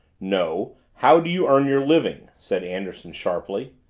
no how do you earn your living? said anderson sharply.